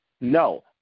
No